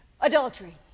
adultery